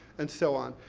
and so on.